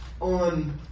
on